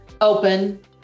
open